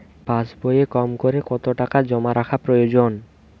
পাশবইয়ে কমকরে কত টাকা জমা রাখা প্রয়োজন?